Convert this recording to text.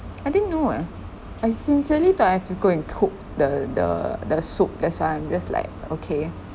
I didn't know eh I sincerely thought I have to go and cook the the the soup that's why I'm just like okay